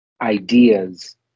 ideas